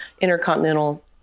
intercontinental